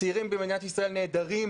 הצעירים במדינת ישראל נעדרים